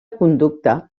conducta